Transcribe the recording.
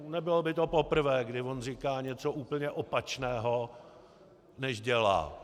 Nebylo by to poprvé, kdy on říká něco úplně opačného, než dělá.